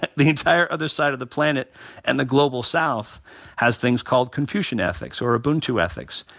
ah the entire other side of the planet and the global south has things called confucian ethics or ubuntu ethics.